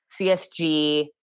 CSG